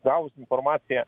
gavus informaciją